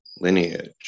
lineage